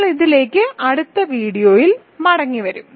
നമ്മൾ ഇതിലേക്ക് അടുത്ത വീഡിയോയിൽ മടങ്ങിവരും